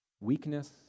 weakness